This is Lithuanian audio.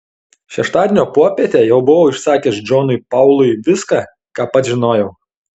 šeštadienio popietę jau buvau išsakęs džonui paului viską ką pats žinojau